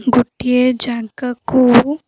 ଗୋଟିଏ ଜାଗାକୁ